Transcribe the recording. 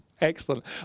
Excellent